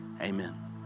Amen